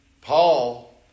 Paul